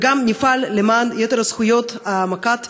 וגם נפעל למען יתר הזכויות ולהעמקת